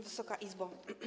Wysoka Izbo!